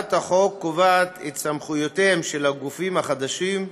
הצעת החוק קובעת את סמכויותיהם של הגופים החדשים,